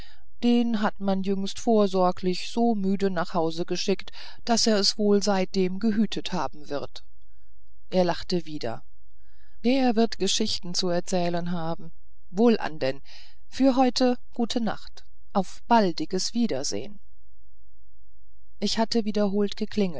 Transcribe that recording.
den hat man jüngst vorsorglich so müde nach hause geschickt daß er es wohl seitdem gehütet haben wird er lachte wieder der wird geschichten zu erzählen haben wohlan denn für heute gute nacht auf baldiges wiedersehen ich hatte wiederholt geklingelt